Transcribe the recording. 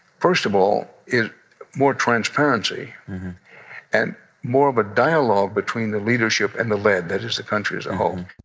first of all, is more transparency and more of a dialogue between the leadership and the led. that is the country as a whole um